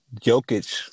Jokic